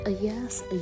yes